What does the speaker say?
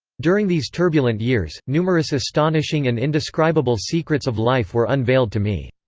during these turbulent years, numerous astonishing and indescribable secrets of life were unveiled to me.